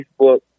Facebook